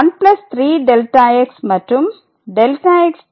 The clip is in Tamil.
எனவே 13Δx மற்றும் Δx→0 என்க